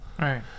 Right